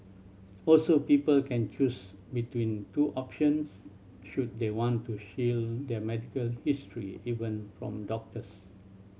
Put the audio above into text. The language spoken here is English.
also people can choose between two options should they want to shield their medical history even from doctors